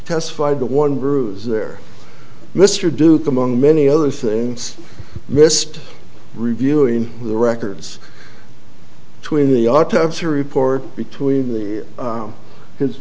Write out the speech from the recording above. testified that one bruise there mr duke among many other things missed reviewing the records tween the autopsy report between the